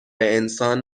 انسان